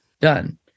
done